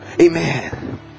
Amen